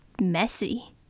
messy